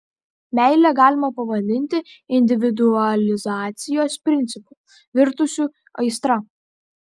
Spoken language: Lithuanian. meilę galima pavadinti individualizacijos principu virtusiu aistra